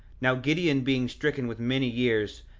now gideon being stricken with many years,